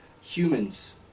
Humans